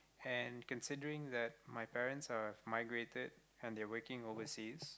and considering that my parents are migrated and they are working overseas